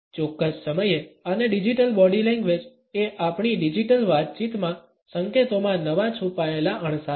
ચોક્કસ સમયે અને ડિજિટલ બોડી લેંગ્વેજ એ આપણી ડિજિટલ વાતચીતમાં સંકેતોમાં નવા છુપાયેલા અણસારો છે